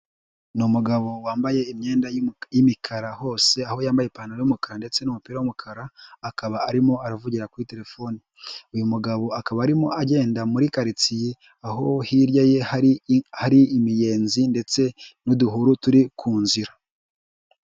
Ni umugabo wambaye imyenda y'imikara hose, aho yambaye ipantaro y'umukara ndetse n'umupira w'umukara, akaba arimo aravugira kuri telefone, uyu mugabo akaba arimo agenda muri karitsiye, aho hirya ye hari imiyenzi ndetse n'uduhuru turi ku nzira.